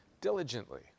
diligently